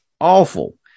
awful